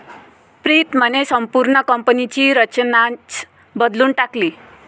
प्रीतमने संपूर्ण कंपनीची रचनाच बदलून टाकली